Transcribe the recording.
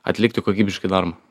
atlikti kokybiškai darbą